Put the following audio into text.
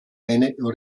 einen